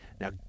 Now